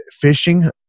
fishing –